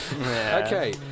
Okay